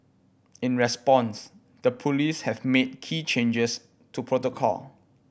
in response the police have made key changes to protocol